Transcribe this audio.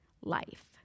life